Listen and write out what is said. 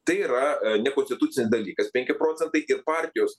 tai yra nekonstitucinis dalykas penki procentai partijos